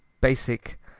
basic